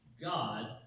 God